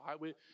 right